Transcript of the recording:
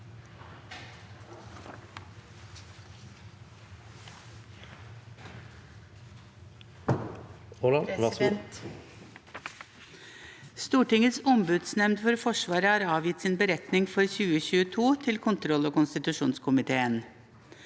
Stortingets ombudsnemnd for Forsvaret har avgitt sin beretning for 2022 til kontroll- og konstitusjons komiteen.